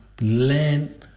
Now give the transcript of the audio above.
learn